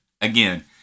again